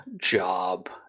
job